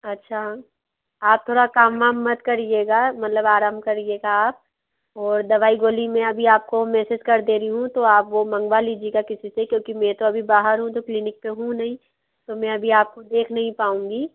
अच्छा आप थोड़ा काम वाम मत करिएगा मतलब आराम करिएगा आप और दवाई गोली में अभी आपको मेसेज कर दे रही हूँ तो आप वो मंगवा लीजिएगा किसी से क्योंकि में तो अभी बाहर हूँ तो क्लीनिक पर हूँ नहीं तो में अभी आपको देख नहीं पाऊँगी